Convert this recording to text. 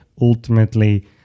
ultimately